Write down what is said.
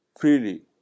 freely